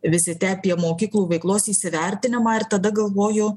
vizite apie mokyklų veiklos įsivertinimą ir tada galvoju